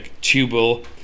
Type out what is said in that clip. Tubal